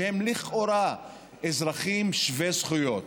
שהם לכאורה אזרחים שווי זכויות,